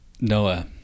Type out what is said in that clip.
noah